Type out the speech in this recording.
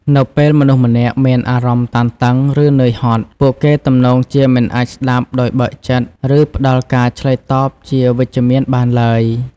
នៅពេលមនុស្សម្នាក់មានអារម្មណ៍តានតឹង ឬនឿយហត់ ពួកគេទំនងជាមិនអាចស្ដាប់ដោយបើកចិត្ត ឬផ្ដល់ការឆ្លើយតបជាវិជ្ជមានបានឡើយ។